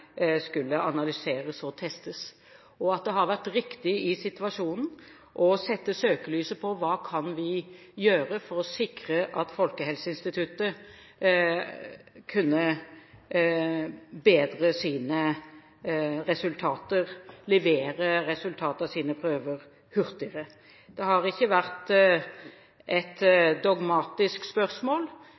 skulle analyseres og testes. Det har vært riktig i situasjonen å sette søkelyset på hva vi kan gjøre for å sikre at Folkehelseinstituttet kunne bedre sine resultater, levere resultatet av sine prøver hurtigere. Det har ikke vært et dogmatisk spørsmål